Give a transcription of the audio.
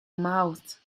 mouth